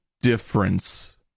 difference